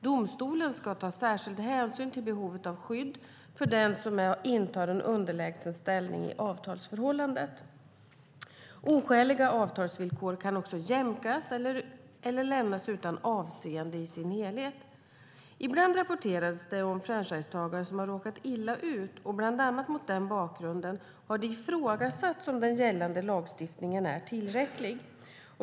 Domstolen ska ta särskild hänsyn till behovet av skydd för den som intar en underlägsen ställning i avtalsförhållandet. Oskäliga avtalsvillkor kan också jämkas eller lämnas utan avseende i sin helhet. Ibland rapporteras det om franchisetagare som har råkat illa ut, och bland annat mot den bakgrunden har det ifrågasatts om den gällande lagstiftningen är tillräcklig.